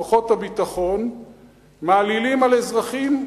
כוחות הביטחון מעלילים על אזרחים,